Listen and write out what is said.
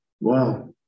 Wow